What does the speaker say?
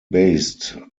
based